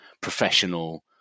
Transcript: professional